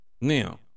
Now